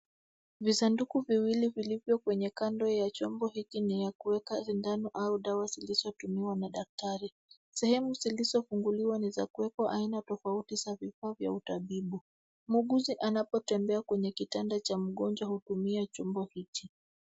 Visanduku viwili vilivyo kwenye kando ya chombo hiki ni ya kuweka sindano au dawa zilizotumiwa na daktari. Sehemu zilizofunguliwa ni za kuekwa aina tofauti za vifaa vya utabibu. Muuguzi anapotembea kwenye kitanda cha mgonjwa hutumia chombo hichi.